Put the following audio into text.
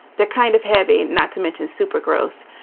the kind of heavy. not to mention super gross.